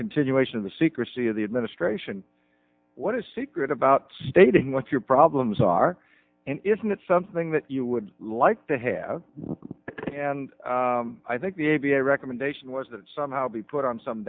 continuation of the secrecy of the administration what is secret about stating what your problems are and isn't that something that you would like to have and i think the a b a recommendation was to somehow be put on some